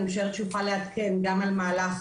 אני משערת שהוא יוכל לעדכן גם על מהלך